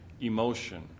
emotion